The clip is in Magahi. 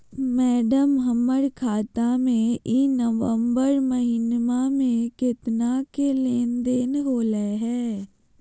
मैडम, हमर खाता में ई नवंबर महीनमा में केतना के लेन देन होले है